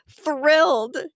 thrilled